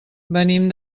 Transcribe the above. venim